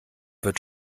wird